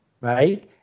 Right